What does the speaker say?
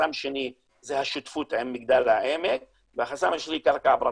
חסם שני זה השותפות עם מגדל העמק והחסם השלישי קרקע פרטית.